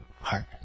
heart